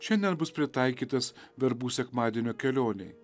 šiandien bus pritaikytas verbų sekmadienio kelionei